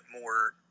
more